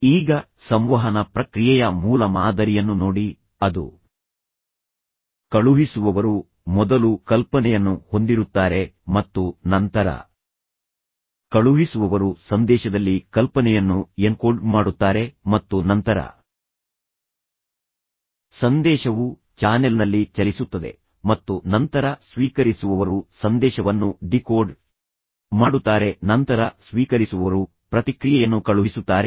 ಈಗ ಸಂವಹನ ಪ್ರಕ್ರಿಯೆಯ ಮೂಲ ಮಾದರಿಯನ್ನು ನೋಡಿ ಅದು ಕಳುಹಿಸುವವರು ಮೊದಲು ಕಲ್ಪನೆಯನ್ನು ಹೊಂದಿರುತ್ತಾರೆ ಮತ್ತು ನಂತರ ಕಳುಹಿಸುವವರು ಸಂದೇಶದಲ್ಲಿ ಕಲ್ಪನೆಯನ್ನು ಎನ್ಕೋಡ್ ಮಾಡುತ್ತಾರೆ ಮತ್ತು ನಂತರ ಸಂದೇಶವು ಚಾನೆಲ್ನಲ್ಲಿ ಚಲಿಸುತ್ತದೆ ಮತ್ತು ನಂತರ ಸ್ವೀಕರಿಸುವವರು ಸಂದೇಶವನ್ನು ಡಿಕೋಡ್ ಮಾಡುತ್ತಾರೆ ನಂತರ ಸ್ವೀಕರಿಸುವವರು ಪ್ರತಿಕ್ರಿಯೆಯನ್ನು ಕಳುಹಿಸುತ್ತಾರೆ